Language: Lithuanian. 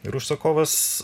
ir užsakovas